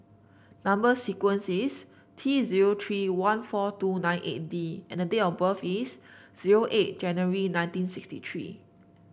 number sequence is T zero three one four two nine eight D and the date of birth is zero eight January nineteen sixty three